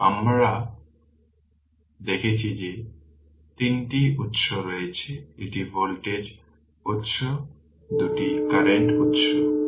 কারণ আমার কাছে দেখানোর জন্য 3টি উত্স রয়েছে একটি ভোল্টেজ উত্স 2 কারেন্ট উত্স